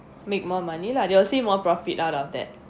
make more money lah they will see more profit out of that